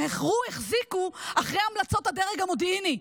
החרו-החזיקו אחרי המלצות הדרג המודיעיני.